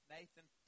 Nathan